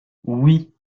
oui